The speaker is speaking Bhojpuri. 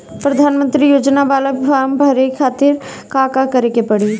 प्रधानमंत्री योजना बाला फर्म बड़े खाति का का करे के पड़ी?